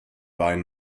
wein